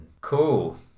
Cool